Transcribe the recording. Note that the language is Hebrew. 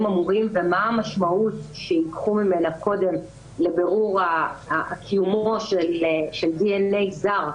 אמורים ומה המשמעות שייקחו ממנה קודם לבירור קיומו של DNA זר.